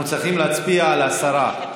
אנחנו צריכים להצביע על הסרה.